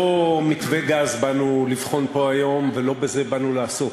לא את מתווה גז באנו לבחון פה היום ולא בזה באנו לעסוק.